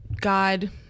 God